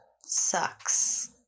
sucks